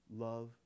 Love